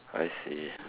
I see